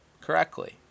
correctly